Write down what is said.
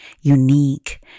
unique